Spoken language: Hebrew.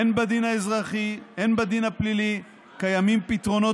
הן בדין האזרחי והן בדין הפלילי קיימים פתרונות